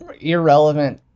irrelevant